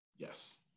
Yes